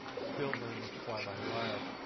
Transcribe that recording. still very much fly by wire.